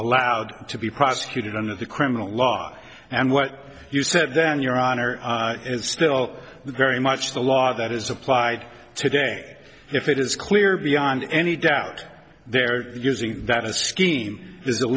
allowed to be prosecuted under the criminal law and what you said then your honor is still very much the law that is applied today if it is clear beyond any doubt they're using that a scheme